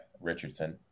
Richardson